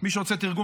מי שרוצה תרגום,